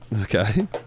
Okay